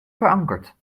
verankerd